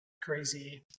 crazy